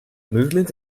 movement